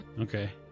Okay